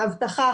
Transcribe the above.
אבטחה,